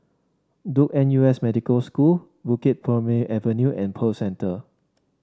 Duke N U S Medical School Bukit Purmei Avenue and Pearl Centre